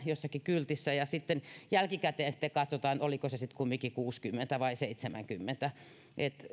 jossakin kyltissä kuusikymmentä viiva kahdeksankymmentä ja jälkikäteen sitten katsotaan oliko se sitten kumminkin kuusikymmentä vai seitsemänkymmentä niin